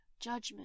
judgment